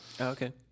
Okay